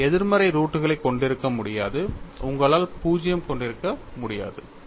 நீங்கள் எதிர்மறை ரூட் களைக் கொண்டிருக்க முடியாது உங்களால் 0 கொண்டிருக்க முடியாது